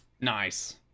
Nice